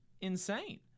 insane